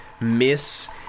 miss